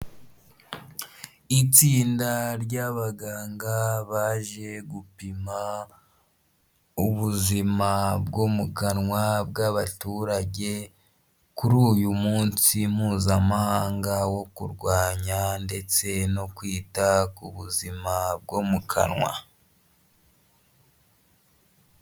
Itsinda ry'abaganga baje gupima ubuzima bwo mu kanwa bw'abaturage, kuri uyu munsi mpuzamahanga wo kurwanya ndetse no kwita ku buzima bwo mu kanwa.